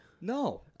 no